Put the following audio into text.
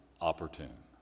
opportune